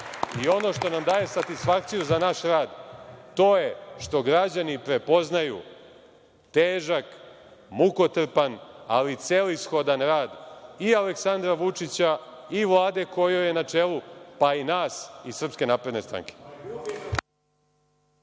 i ono što nam daje satisfakciju za naš rad to je što građani prepoznaju težak, mukotrpan ali celishodan rad i Aleksandra Vučića i Vlade koje je na čelu, pa i nas SNS. **Đorđe